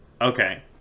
Okay